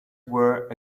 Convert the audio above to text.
were